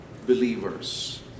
believers